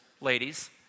ladies